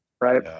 right